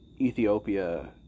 Ethiopia